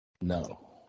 No